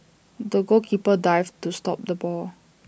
the goalkeeper dived to stop the ball